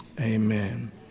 amen